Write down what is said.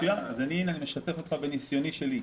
מצוין, אז אני משתף אותך מניסיוני שלי.